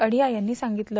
अढिया यांनी सांगितलं